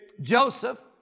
Joseph